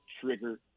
trigger